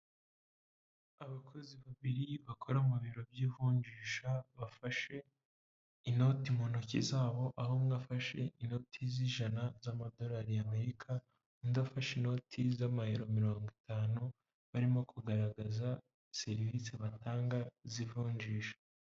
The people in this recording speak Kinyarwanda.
Abakozi babiri bakora mu biro by'ivunjisha bafashe inoti mu ntoki zabo, aho umwe afashe inoti z'ijana z'amadorari y'Amerika undi afashe inoti z'amayero mirongo itanu, barimo kugaragaza serivisi batanga z'ivunjisha.